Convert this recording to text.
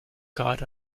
god